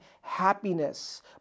happiness